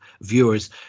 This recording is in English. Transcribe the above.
viewers